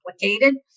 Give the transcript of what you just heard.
complicated